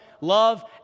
love